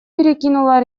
перекинула